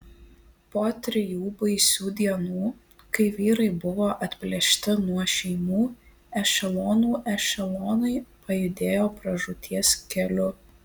po trijų baisių dienų kai vyrai buvo atplėšti nuo šeimų ešelonų ešelonai pajudėjo pražūties keliu